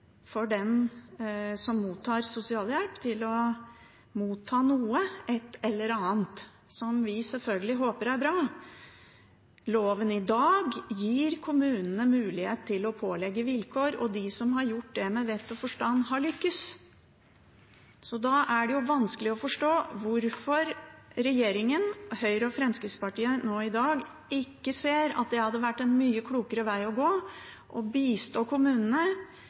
for den som mottar sosialhjelp, til å motta noe, et eller annet, som vi selvfølgelig håper er bra. Loven i dag gir kommunene mulighet til å pålegge vilkår, og de som har gjort det, med vett og forstand, har lyktes. Så da er det vanskelig å forstå hvorfor regjeringen og Høyre og Fremskrittspartiet nå i dag ikke ser at det hadde vært en mye klokere veg å gå – å bistå kommunene